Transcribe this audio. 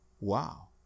Wow